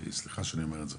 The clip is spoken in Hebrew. וסליחה שאני אומר את זה.